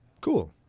Cool